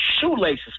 shoelaces